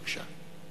בבקשה.